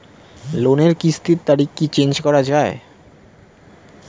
লোনের কিস্তির তারিখ কি চেঞ্জ করা যায়?